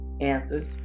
answers